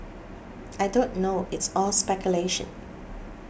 I don't know it's all speculation